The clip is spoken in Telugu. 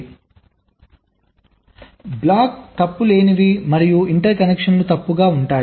కాబట్టి బ్లాక్స్ తప్పు లేనివి మరియు ఇంటర్ కనెక్షన్లు తప్పుగా ఉంటాయి